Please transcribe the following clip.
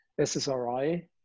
SSRI